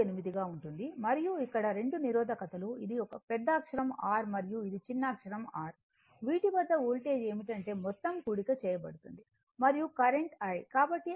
9848 గా ఉంటుంది మరియు ఇక్కడ రెండు నిరోధకతలు ఇది పెద్దఅక్షరం R మరియు ఇది చిన్న r వీటి వద్ద వోల్టేజ్ ఏమిటంటే మొత్తం కూడిక చేయబడుతుంది మరియు కరెంట్ I